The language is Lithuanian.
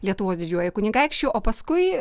lietuvos didžiuoju kunigaikščiu o paskui